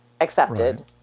accepted